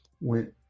went